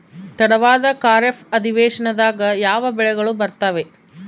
ತಡವಾದ ಖಾರೇಫ್ ಅಧಿವೇಶನದಾಗ ಯಾವ ಬೆಳೆಗಳು ಬರ್ತಾವೆ?